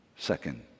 Second